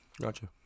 gotcha